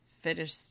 finish